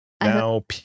Now